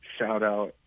Shout-out